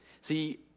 See